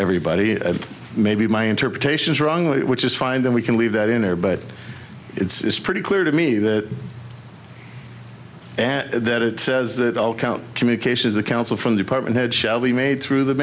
everybody it may be my interpretations wrongly which is fine then we can leave that in or but it's pretty clear to me that that it says that all count communication is the council from department head shall be made through the